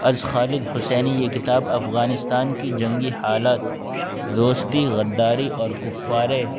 از خالد حسینی یہ کتاب افغانستان کی جنگی حالت دوستی غداری اور کفارے